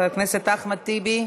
חבר הכנסת אחמד טיבי,